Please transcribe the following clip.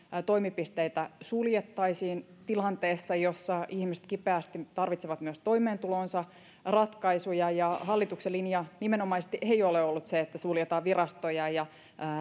toimipisteitä suljettaisiin tilanteessa jossa ihmiset kipeästi tarvitsevat myös toimeentuloonsa ratkaisuja ja hallituksen linja nimenomaisesti ei ole ollut se että suljetaan virastoja ja